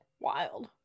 Wild